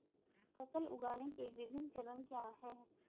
फसल उगाने के विभिन्न चरण क्या हैं?